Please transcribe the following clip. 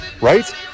right